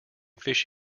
fish